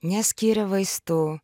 neskyrė vaistų